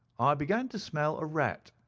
i began to smell a rat.